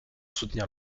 soutenir